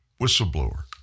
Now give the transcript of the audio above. whistleblower